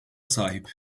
sahip